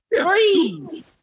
Three